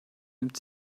nimmt